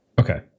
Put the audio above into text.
Okay